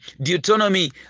Deuteronomy